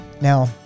Now